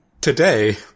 Today